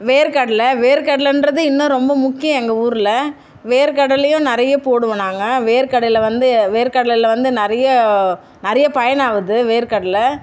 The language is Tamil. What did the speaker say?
வேர்க்கடலை வேர்க்கடலைன்றது இன்னும் ரொம்ப முக்கியம் எங்கள் ஊரில் வேர்க்கடலையும் நிறைய போடுவோம் நாங்கள் வேர்க்கடலை வந்து வேர்க்கடலையில் வந்து நிறைய நிறைய பயனாவது வேர்க்கடலை